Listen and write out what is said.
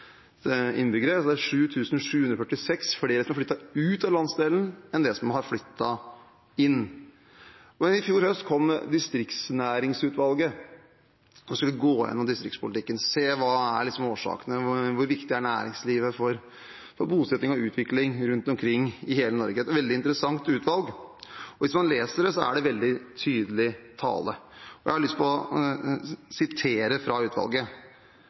Det er 7 746 flere som har flyttet ut av landsdelen, enn som har flyttet inn. I fjor høst kom distriktsnæringsutvalget, som skulle gå gjennom distriktspolitikken, se hva som er årsakene, og hvor viktig næringslivet er for bosetting og utvikling rundt omkring i hele Norge – et veldig interessant utvalg. Hvis man leser det som er skrevet, er det veldig tydelig tale, og jeg har lyst til å sitere: